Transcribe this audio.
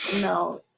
No